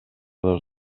dos